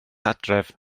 adref